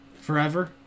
forever